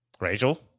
rachel